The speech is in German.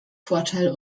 vorteil